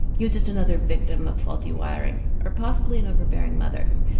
he was just another victim of faulty wiring or possibly an overbearing mother.